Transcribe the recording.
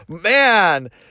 man